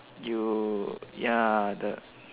you ya the